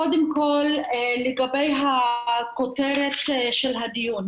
קודם כל לגבי הכותרת של הדיון.